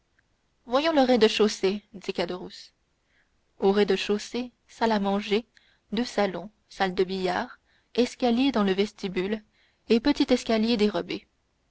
voyons le rez-de-chaussée dit caderousse au rez-de-chaussée salle à manger deux salons salle de billard escalier dans le vestibule et petit escalier dérobé